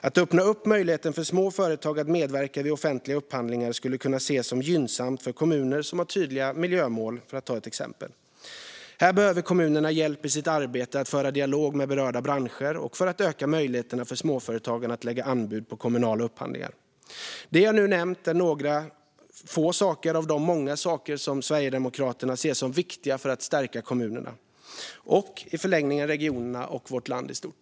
Att öppna upp möjligheten för små företag att medverka vid offentliga upphandlingar skulle kunna ses som gynnsamt för kommuner som har tydliga miljömål, för att ta ett exempel. Här behöver kommunerna hjälp i sitt arbete att föra dialog med berörda branscher och för att öka möjligheterna för småföretagen att lägga anbud på kommunala upphandlingar. Det jag nu nämnt är några få av de många saker som Sverigedemokraterna ser som viktiga för att stärka kommunerna och i förlängningen regionerna och vårt land i stort.